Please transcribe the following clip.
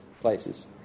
places